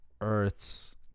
Earths